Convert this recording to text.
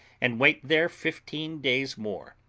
and wait there fifteen days more,